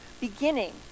beginning